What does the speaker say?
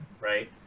right